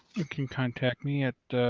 ah can contact me at